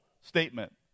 statement